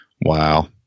Wow